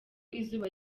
izuba